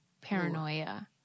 paranoia